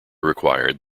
required